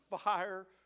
fire